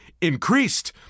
Increased